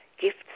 Gifts